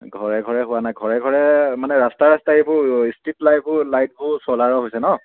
ঘৰে ঘৰে হোৱা নাই ঘৰে ঘৰে মানে ৰাস্তাই ৰাস্তাই এইবোৰ ষ্ট্ৰ্ৰীট লাইটবোৰ লাইটবোৰ চ'লাৰৰ হৈছে ন